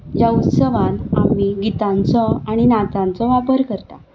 ह्या उत्सवान आमी गितांचो आनी नाचांचो वापर करतात